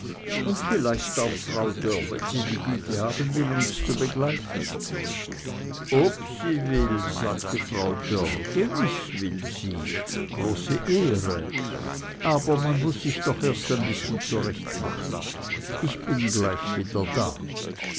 und vielleicht auch frau dörr wenn sie die güte haben will uns zu begleiten ob sie will sagte frau dörr gewiß will sie große ehre aber man muß sich doch erst ein bißchen zurechtmachen ich bin gleich wieder da